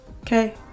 okay